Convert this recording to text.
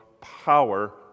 power